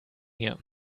mir